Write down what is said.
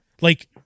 Like-